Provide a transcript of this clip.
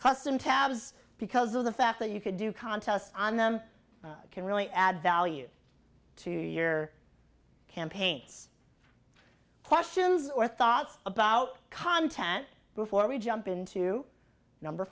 tabs because of the fact that you could do contests on them can really add value to your campaigns questions or thoughts about content before we jump into number